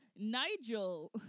Nigel